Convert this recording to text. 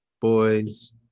boys